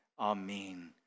Amen